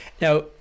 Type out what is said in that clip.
Now